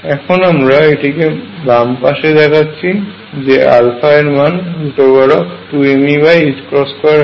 এখন আমরা এটিকে বামপাশে দেখাচ্ছি যে এর মান 2mE2 হয়